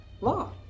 law